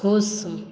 खुश